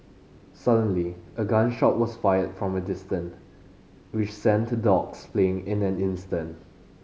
suddenly a gun shot was fired from a distant which sent the dogs fleeing in an instant